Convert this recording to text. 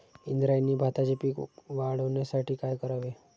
इंद्रायणी भाताचे पीक वाढण्यासाठी काय करावे?